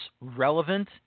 relevant